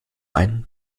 ein